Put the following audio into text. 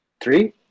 Three